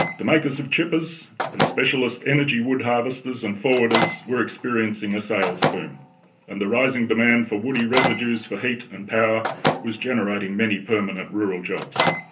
the makers of chippers and specialist energy wood harvesters and forwarders were in a sales boom and the rising demand for woody residues for heat and power was generating many permanent rural jobs.